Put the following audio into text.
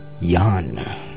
Yan